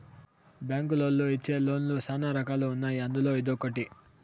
బ్యాంకులోళ్ళు ఇచ్చే లోన్ లు శ్యానా రకాలు ఉన్నాయి అందులో ఇదొకటి